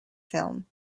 film